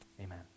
amen